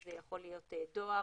זה יכול להיות דואר